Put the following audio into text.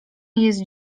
jest